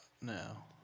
Now